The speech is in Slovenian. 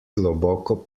globoko